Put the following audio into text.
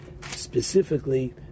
specifically